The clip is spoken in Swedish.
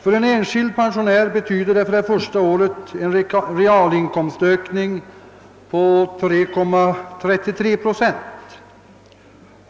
För en enskild pensionär betyder det för det första året en realinkomstökning med 3,33 procent.